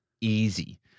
easy